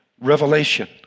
Revelation